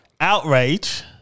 Outrage